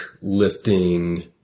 lifting